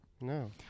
no